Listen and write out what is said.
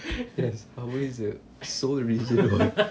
there's always sole reason why